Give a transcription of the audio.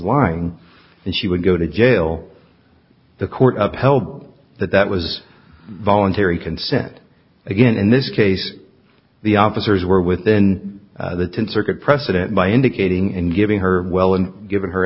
lying and she would go to jail the court upheld that that was voluntary consent again in this case the officers were within the tenth circuit precedent by indicating and giving her well and giving her